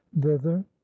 thither